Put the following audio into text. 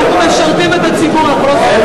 אנחנו משרתים את הציבור, אנחנו לא סובלים.